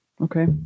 Okay